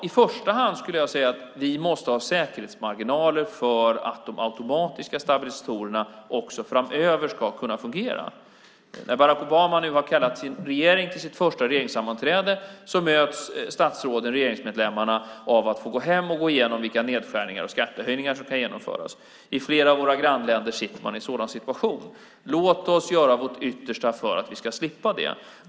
I första hand skulle jag säga att vi måste ha säkerhetsmarginaler för att de automatiska stabilisatorerna också framöver ska kunna fungera. När Barack Obama nu har kallat sin regering till sitt första regeringssammanträde möts statsråden av att få gå hem och gå igenom vilka nedskärningar och skattehöjningar som kan genomföras. I flera av våra grannländer sitter man i en sådan situation. Låt oss göra vårt yttersta för att vi ska slippa det!